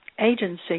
agency